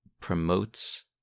promotes